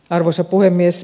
arvoisa puhemies